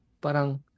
parang